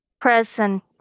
present